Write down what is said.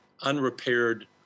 unrepaired